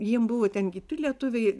jiem buvo ten kiti lietuviai